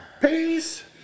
Peace